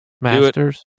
Masters